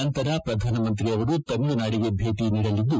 ನಂತರ ಪ್ರಧಾನಮಂತ್ರಿ ತಮಿಳುನಾಡಿಗೆ ಭೇಟಿ ನೀಡಲಿದ್ದು